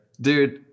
Dude